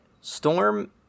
Storm